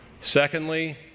Secondly